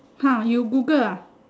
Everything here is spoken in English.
!huh! you Google ah